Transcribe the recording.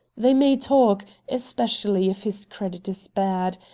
they may talk, especially if his credit is bad.